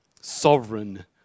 sovereign